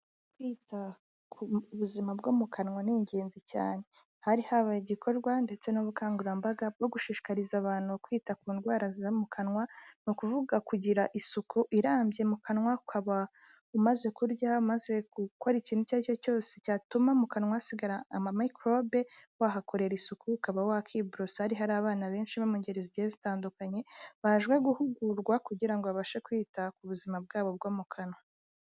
Kwita ku buzima bwo mu kanwa ni ingenzi cyane, hari habaye igikorwa ndetse n'ubukangurambaga bwo gushishikariza abantu kwita ku ndwara zo mu kanwa, ni ukuvuga kugira isuku irambye mu kanwa, ukaba umaze kurya, umaze gukora ikintu icyo ari cyo cyose cyatuma mu kanwa hasigara amamikorobe, wahakorera isuku, ukaba wakwiborosa, hari abana benshi bo mu ngeri zigiye zitandukanye baje guhugurwa kugira ngo babashe kwita ku buzima bwabo bwo mu kanwa.